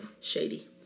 Shady